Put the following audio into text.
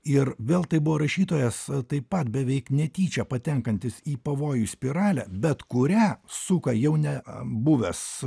ir vėl tai buvo rašytojas taip pat beveik netyčia patenkantis į pavojų spiralę bet kurią suka jau ne buvęs